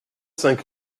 cinq